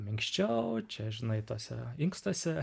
minkščiau čia žinai tuose inkstuose